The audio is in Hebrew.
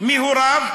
מי הוריו,